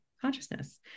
consciousness